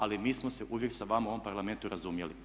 Ali mi smo se uvijek sa vama u ovom Parlamentu razumjeli.